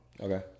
Okay